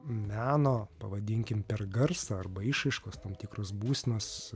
meno pavadinkim per garsą arba išraiškos tam tikros būsenos